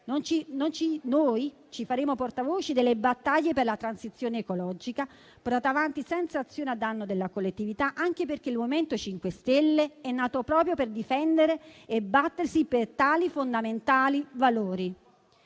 Noi ci faremo portavoce delle battaglie per la transizione ecologica portata avanti senza azioni a danno della collettività, anche perché il MoVimento 5 Stelle è nato proprio per battersi per difendere tali fondamentali valori.